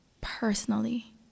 personally